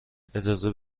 اجازه